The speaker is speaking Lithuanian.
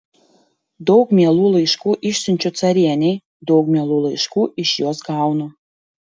daug mielų laiškų išsiunčiu carienei daug mielų laiškų iš jos gaunu